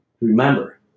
Remember